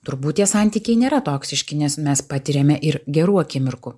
turbūt tie santykiai nėra toksiški nes mes patiriame ir gerų akimirkų